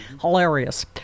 Hilarious